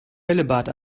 bällebad